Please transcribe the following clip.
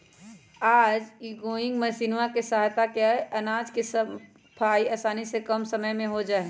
आज विन्नोइंग मशीनवा के सहायता से अनाज के सफाई आसानी से कम समय में हो जाहई